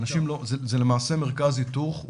זה למעשה מרכז היתוך,